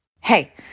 hey